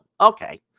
Okay